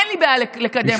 אין לי בעיה לקדם אותו.